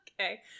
okay